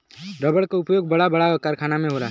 रबड़ क उपयोग बड़ा बड़ा कारखाना में होला